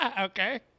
Okay